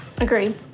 Agreed